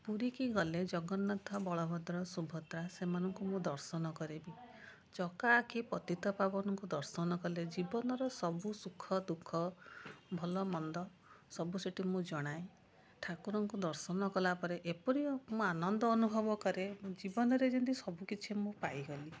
ପୁରୀକି ଗଲେ ଜଗନ୍ନାଥ ବଳଭଦ୍ର ସୁଭଦ୍ରା ସେମାନଙ୍କୁ ମୁଁ ଦର୍ଶନ କରିବି ଚକାଆଖି ପତିତପାବନକୁ ଦର୍ଶନ କଲେ ଜୀବନର ସବୁ ସୁଖଦୁଃଖ ଭଲମନ୍ଦ ସବୁ ସେଇଠି ମୁଁ ଜଣାଏ ଠାକୁରଙ୍କୁ ଦର୍ଶନ କଲାପରେ ଏପରି ମୁଁ ଆନନ୍ଦ ଅନୁଭବ କରେ ଜୀବନରେ ଯେମିତି ସବୁକିଛି ମୁଁ ପାଇଗଲି